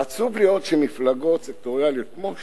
עצוב לראות מפלגות סקטוריאליות, כמו ש"ס,